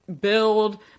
build